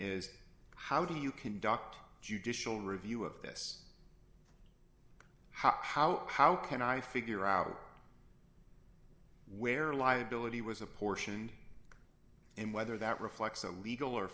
is how do you conduct judicial review of this how how how can i figure out where liability was apportioned and whether that reflects a legal or